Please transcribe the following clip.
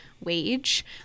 wage